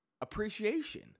appreciation